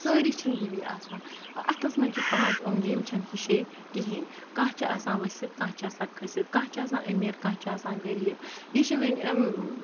سٲری چھِنہٕ ہِوی آسان اَتھَس منٛز چھِ پانٛژھ اوٚنٛگچہِ یِم چھَنہٕ ہِشے کِہیٖنۍ کانٛہہ چھِ آسان ؤسِتھ کانٛہہ چھِ آسان کھٔسِتھ کانٛہہ چھِ آسان أمیٖر کانٛہہ چھِ آسان غریٖب یہِ چھُ وۄنۍ